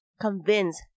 convince